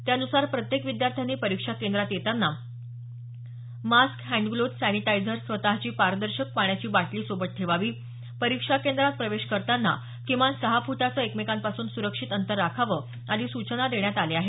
त्यानुसार प्रत्येक विद्यार्थ्यांनी परीक्षा केंद्रात येताना मास्क हँडग्लोज सॅनिटायजर स्वतची पारदर्शक पाण्याची बाटली सोबत ठेवावी परीक्षा केंद्रात प्रवेश करतांना किमान सहा फुटाचे एकमेकांपासून सुरक्षित अंतर राखावं आदी सूचना देण्यात आल्या आहेत